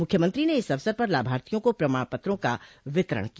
मुख्यमंत्री ने इस अवसर पर लाभार्थियों को प्रमाण पत्रों का वितरण किया